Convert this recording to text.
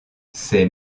ses